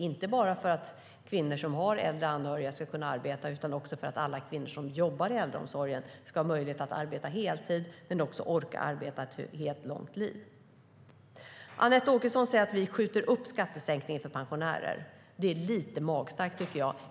Det gäller inte bara att kvinnor med äldre anhöriga ska kunna arbeta utan också för att alla kvinnor som jobbar i äldreomsorgen ska ha möjlighet att och orka arbeta heltid ett helt långt liv. Anette Åkesson säger att vi skjuter upp skattesänkningen för pensionärer. Det är lite magstarkt.